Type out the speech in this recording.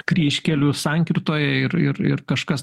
kryžkelių sankirtoj ir ir ir kažkas tai